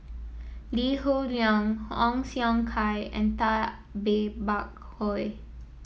Lee Hoon Leong Ong Siong Kai and Tay Bak Koi